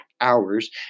hours